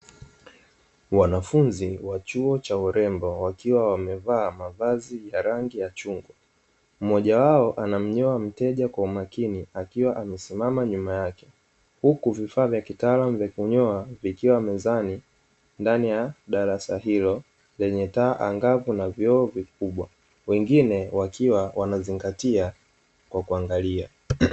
Wanafunzi wa chuo cha urembo, wakiwa wamevaa mavazi ya rangi ya chungwa, mmoja wao anamnyoa mteja kwa umakini akiwa amesimama nyuma yake, huku vifaa vya kitaalamu vya kunyoa vikiwa mezani ndani ya darasa hilo lenye taa angavu na vioo vikubwa, wengine wakiwa wanazingatia kwa kuangalia.